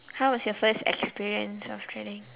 how was your first experience of threading